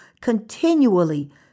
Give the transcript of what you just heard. continually